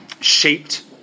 shaped